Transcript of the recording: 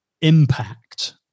impact